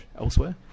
elsewhere